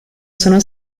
sono